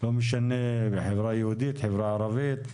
לא משנה אם בחברה יהודית או בחברה ערבית,